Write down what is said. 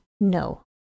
No